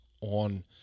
on